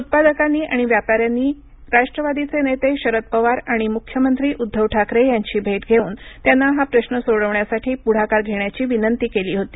उत्पादकांनी आणि व्यापाऱ्यांनी राष्ट्रवादी नेते शरद पवार आणि मुख्यमंत्री उद्धव ठाकरे यांची भेट घेऊन त्यांना हा प्रश्न सोडवण्यासाठी प्रढाकार घेण्याची विनंती केली होती